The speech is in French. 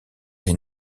les